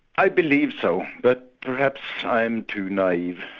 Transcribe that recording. i believe so. but perhaps i am too naive.